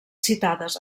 citades